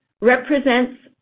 represents